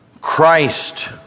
Christ